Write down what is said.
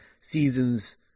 seasons